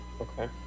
Okay